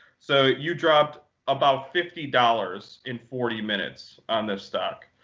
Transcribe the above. so you dropped about fifty dollars in forty minutes on this stock.